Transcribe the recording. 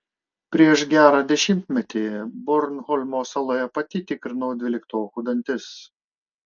prieš gerą dešimtmetį bornholmo saloje pati tikrinau dvyliktokų dantis